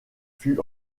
fut